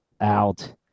out